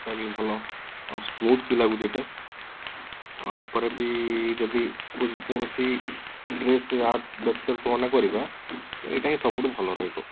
ଏଇଟା ବି ଭଲ ସ୍ମୁଥ୍ ବି ଲାଗୁଛି ଏଇଟା ଆ ପରେ ବି ଯଦି କୌଣସି ଡ୍ରେସ୍ ଆ ବ୍ୟତୀତ ତୁଳନା କରିବା ଏଇଟା ହିଁ ସବୁଠୁ ଭଲ ରହିବ